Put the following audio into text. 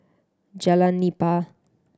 Jalan Nipah